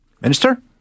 Minister